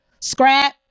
Scrap